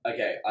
Okay